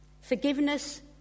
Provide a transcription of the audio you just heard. Forgiveness